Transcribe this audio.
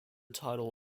title